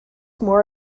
more